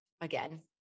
again